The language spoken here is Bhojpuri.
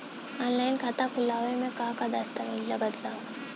आनलाइन खाता खूलावे म का का दस्तावेज लगा ता?